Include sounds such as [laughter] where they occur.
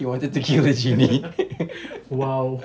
he wanted to kill a genie [laughs]